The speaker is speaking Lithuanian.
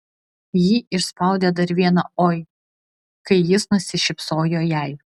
ji išspaudė dar vieną oi kai jis nusišypsojo jai